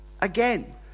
Again